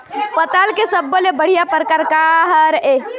पताल के सब्बो ले बढ़िया परकार काहर ए?